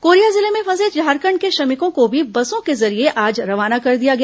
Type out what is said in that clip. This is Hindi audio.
कोरिया जिले में फंसे झारखंड के श्रमिकों को भी बर्सों के जरिए आज रवॉना कर दिया गया